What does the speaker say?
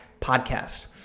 podcast